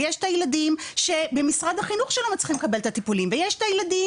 ויש את הילדים במשרד החינוך שלא מצליחים לקבל את הטיפולים ויש ילדים